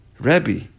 Rabbi